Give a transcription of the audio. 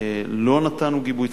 ולא נתנו גיבוי.